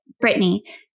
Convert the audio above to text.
Brittany